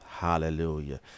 Hallelujah